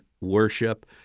worship